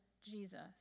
Jesus